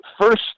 first